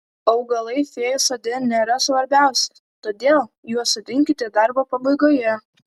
augalai fėjų sode nėra svarbiausi todėl juos sodinkite darbo pabaigoje